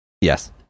yes